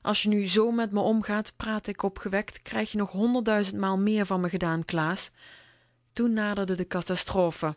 als je nu z met me omgaat praatte k opgewekt krijg je nog honderdduizend maal meer van me gedaan klaas toen naderde de catastrophe